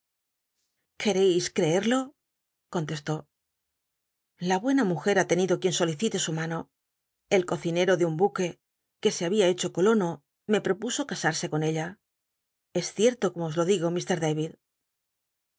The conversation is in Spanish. quereis creerlo contestó j a buena mujet ha tenido qu ien solicite su mano el cocinero de un buque que se babia hecho colono me propuso casarse con ella es ciet'lo como os lo digo